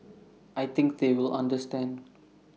I think they will understand